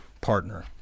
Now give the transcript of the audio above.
partner